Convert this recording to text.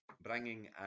bringing